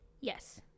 Yes